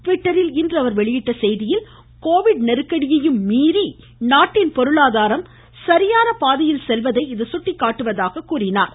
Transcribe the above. ட்விட்டரில் இன்று அவர் வெளியிட்டுள்ள செய்தியில் கோவிட் நெருக்கடியையும் மீறி நாட்டின் பொருளாதாரம் சரியான பாதையில் செல்வதை இது சுட்டிக்காட்டுவதாக கூறியுள்ளார்